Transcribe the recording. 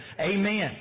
Amen